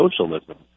socialism